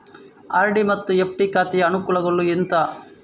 RD ಮತ್ತು FD ಖಾತೆಯ ಅನುಕೂಲಗಳು ಎಂತ?